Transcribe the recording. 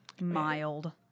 mild